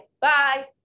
bye